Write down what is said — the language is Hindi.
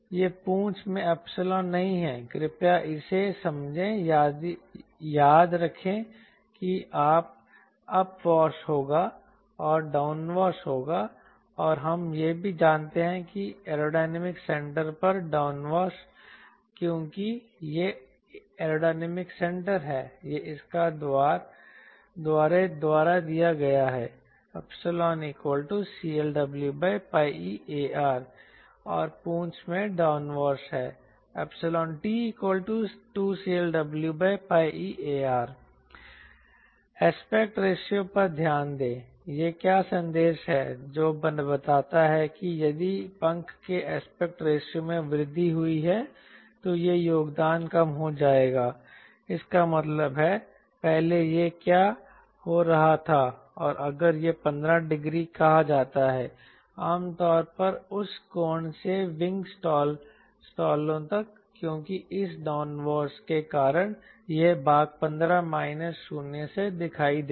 यह पूंछ में नहीं है कृपया इसे समझें याद रखें कि अप वॉश होगा और डाउनवॉश होगा और हम यह भी जानते हैं कि ac पर डाउनवॉश क्योंकि यह ac है यह इसके द्वारा दिया गया है ϵCLWπeAR और पूंछ में डाउनवॉश है t2CLWπeAR एस्पेक्ट रेशियो पर ध्यान दें यह क्या संदेश है जो बताता है कि यदि पंख के एस्पेक्ट रेशियो में वृद्धि हुई है तो यह योगदान कम हो जाएगा इसका मतलब है पहले यह क्या हो रहा था अगर यह 15 डिग्री कहा जाता है आम तौर पर उस कोण से विंग स्टालों तक क्योंकि इस डाउनवॉश के कारण यह भाग 15 माइनस शून्य से दिखाई देगा